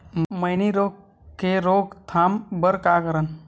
मैनी रोग के रोक थाम बर का करन?